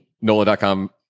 NOLA.com